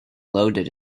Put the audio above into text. loaded